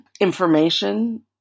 information